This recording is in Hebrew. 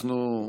אנחנו,